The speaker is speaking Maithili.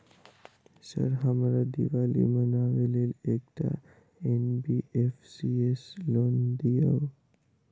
सर हमरा दिवाली मनावे लेल एकटा एन.बी.एफ.सी सऽ लोन दिअउ?